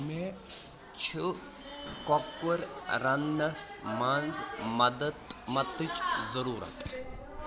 مے چھُ کۄکُر رَننَس منٛز مدت مدتٕچ ضٔروٗرت